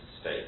state